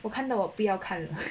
我看到我不要看了